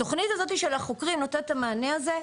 התוכנית הזאת של החוקרים נותנת את המענה הזה.